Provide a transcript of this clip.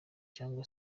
cyangwa